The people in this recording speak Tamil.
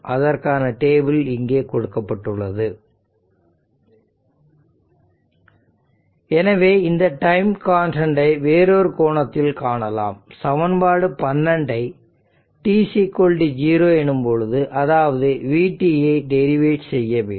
அதற்கான டேபிள் இங்கே கொடுக்கப்பட்டுள்ளது எனவே இந்த டைம் கான்ஸ்டன்டை வேறொரு கோணத்தில் காணலாம் சமன்பாடு 12 ஐ t0 எனும் பொழுது அதாவது vt ஐ டெரிவேட் செய்ய வேண்டும்